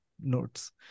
notes